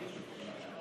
קבוצת סיעת ש"ס,